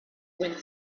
wind